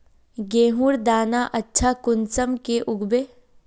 गेहूँर दाना अच्छा कुंसम के उगबे?